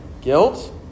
guilt